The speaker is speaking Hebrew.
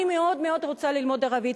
אני מאוד מאוד רוצה ללמוד ערבית,